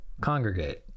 congregate